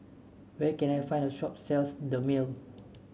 where can I find a shop sells Dermale